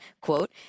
quote